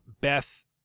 Beth